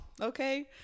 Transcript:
okay